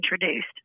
introduced